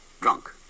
drunk